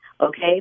Okay